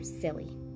silly